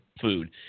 food